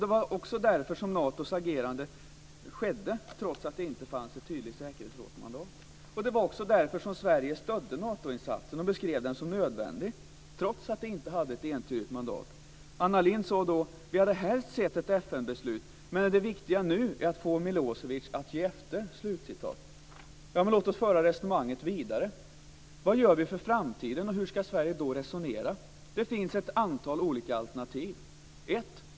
Det var också därför som Nato agerade trots att det inte fanns ett tydligt säkerhetsrådsmandat. Det var också därför som Sverige stödde Natoinsatsen och beskrev den som nödvändig, trots att vi inte hade ett entydigt mandat. Anna Lindh sade då: "Vi hade helst sett ett FN beslut. Men det viktiga nu är att få Milosevic att ge efter." Jag vill också föra detta resonemang vidare. Vad gör vi för framtiden? Hur ska Sverige då resonera? Det finns ett antal olika alternativ. 1.